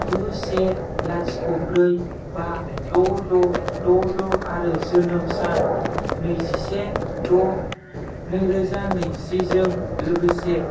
गु से लाथिख' ब्रै बा द' द' द' द' आरो जोनोम सान नैजिसे द' नैरोजा नैजिजों लोगोसे